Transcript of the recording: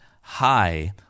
High